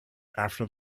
after